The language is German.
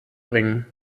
bringen